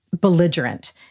belligerent